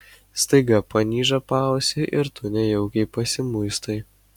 staiga panyžta paausį ir tu nejaukiai pasimuistai